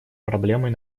проблемой